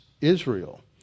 Israel